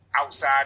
outside